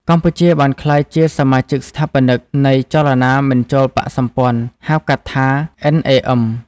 កម្ពុជាបានក្លាយជាសមាជិកស្ថាបនិកនៃចលនាមិនចូលបក្សសម្ព័ន្ធ (ហៅកាត់ថា NAM)